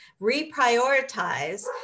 reprioritize